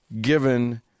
given